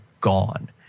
gone